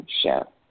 show